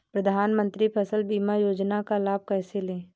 प्रधानमंत्री फसल बीमा योजना का लाभ कैसे लें?